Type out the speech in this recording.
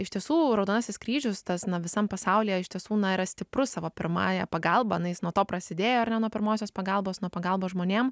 iš tiesų raudonasis kryžius tas na visam pasaulyje iš tiesų na yra stiprus savo pirmąja pagalba na jis nuo to prasidėjo ar ne nuo pirmosios pagalbos nuo pagalbos žmonėm